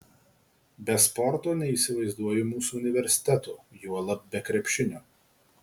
be sporto neįsivaizduoju mūsų universiteto juolab be krepšinio